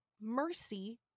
mercy